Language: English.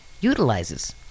utilizes